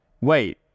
wait